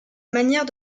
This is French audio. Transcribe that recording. manière